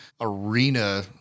arena